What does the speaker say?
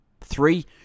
Three